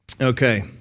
Okay